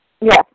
Yes